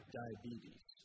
diabetes